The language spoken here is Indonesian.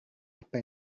apa